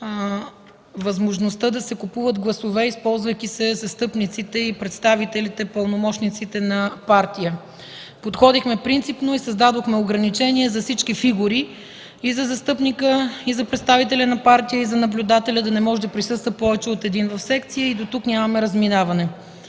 възможността да се купуват гласове, като се използуват застъпниците и представителите, пълномощниците на партия. Подходихме принципно и създадохме ограничение за всички фигури – и за застъпника, и за представителя на партия, и за наблюдателя, да не може да присъства повече от един в секция и дотук нямаме разминаване.